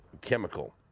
chemical